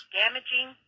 damaging